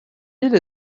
ville